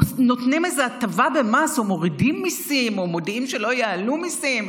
נותנים איזו הטבה במס או מורידים מיסים או מודיעים שלא יעלו מיסים,